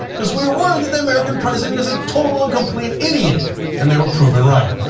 because we're worried that the american president is a totally and complete idiot and they were proven right.